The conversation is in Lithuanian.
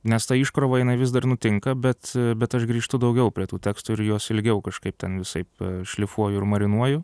nes ta iškrova jinai vis dar nutinka bet bet aš grįžtu daugiau prie tų tekstų ir juos ilgiau kažkaip ten visaip šlifuoju ir marinuoju